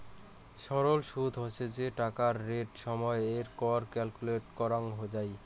সরল সুদ হসে যে টাকাটা রেট সময়ত এর কর ক্যালকুলেট করাঙ যাই